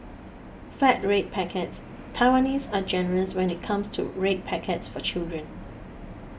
fat red packets Taiwanese are generous when it comes to red packets for children